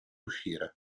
uscire